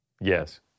Yes